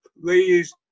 please